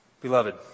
Beloved